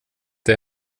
det